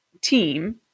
team